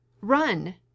Run